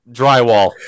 drywall